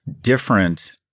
different